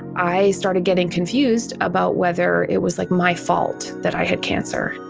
i started getting confused about whether it was, like, my fault that i had cancer.